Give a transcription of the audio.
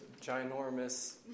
ginormous